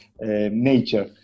nature